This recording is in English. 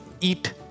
eat